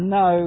no